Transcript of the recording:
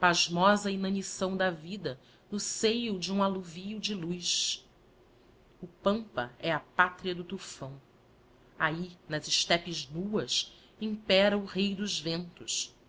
pasmosa inaniçâo da vida no seio de um alluvio de luz o pampa é a pátria do tufão ahi nas estepea nuas impera o rei dos ventos